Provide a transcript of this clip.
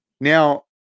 now